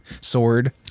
sword